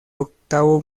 octavo